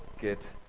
get